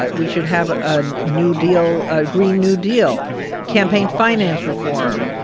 ah we should have a new deal, a green new deal campaign finance reform,